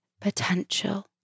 potential